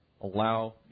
allow